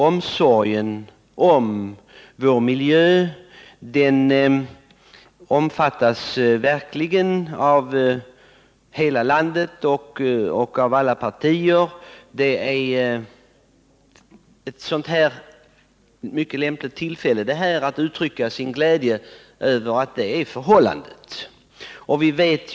Omsorgen om vår miljö omfattas lyckligtvis av hela landet och av alla partier. Detta är ett mycket lämpligt tillfälle att uttrycka sin glädje över att så är förhållandet.